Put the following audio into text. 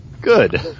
good